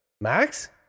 max